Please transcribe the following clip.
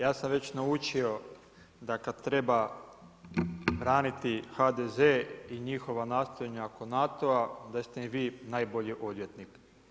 Ja sam već naučio da kad treba braniti HDZ i njihova nastojanja oko NATO-a da ste mi vi najbolji odvjetnik.